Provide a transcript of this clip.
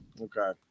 Okay